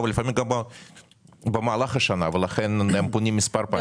ולפעמים גם במהלך השנה ולכן הם פונים מספר פעמים.